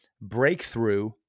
breakthrough